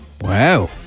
Wow